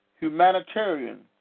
humanitarian